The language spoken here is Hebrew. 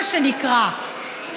מה שנקרא,